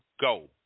go